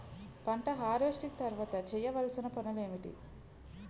పంట హార్వెస్టింగ్ తర్వాత చేయవలసిన పనులు ఏంటి?